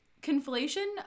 conflation